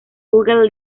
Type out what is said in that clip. google